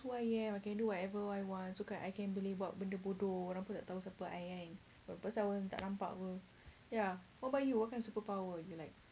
who I am I can do whatever I want so kan I can beli buat benda bodoh orang pun tak tahu siapa I kan pasal tak nampak pun ya what about you what kind of superpower you like